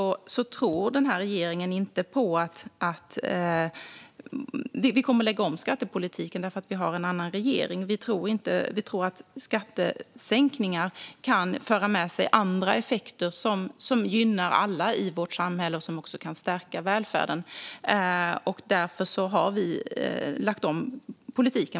Regeringen lägger om skattepolitiken eftersom vi tror att skattesänkningar kan föra med sig andra effekter som gynnar alla i vårt samhälle och kan stärka välfärden.